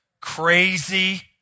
crazy